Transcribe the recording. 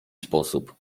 sposób